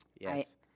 Yes